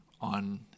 on